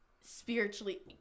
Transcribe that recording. spiritually